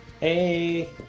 Hey